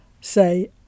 say